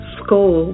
school